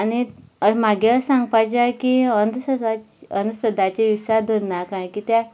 आनी म्हागे अशें सांगपा जाय की अंद अंधश्रद्धाचेर विश्वास दवरनाकाय किद्या